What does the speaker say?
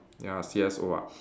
ya C_S_O ah